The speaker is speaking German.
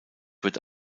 wird